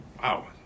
wow